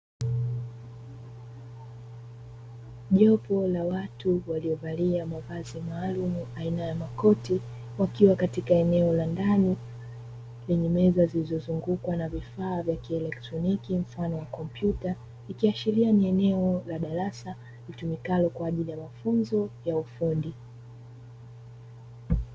Jopo la watu waliovalia mavazi maalumu aina ya makoti, wakiwa katika eneo la ndani lenye meza zilizozungukwa na vifaa vya kieletroniki mfano wa kompyuta, ikiashiria ni eneo la darasa litumikalo kwa ajili ya mafunzo ya ufundi.